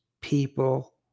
people